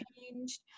changed